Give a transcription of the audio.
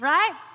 Right